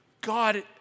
God